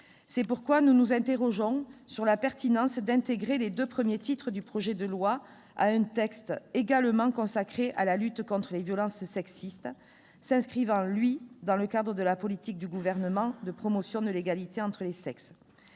C'est pourquoi nous nous interrogeons sur la pertinence de l'intégration des deux premiers titres du projet de loi à un texte également consacré à la lutte contre les violences sexistes, s'inscrivant, lui, dans le cadre de la politique du Gouvernement de promotion de l'égalité entre les sexes.